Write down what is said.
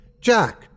Jack